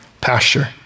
pasture